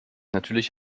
natürlich